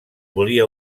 volia